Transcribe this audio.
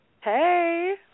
Hey